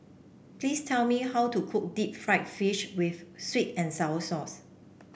please tell me how to cook Deep Fried Fish with sweet and sour sauce